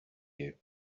you